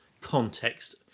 context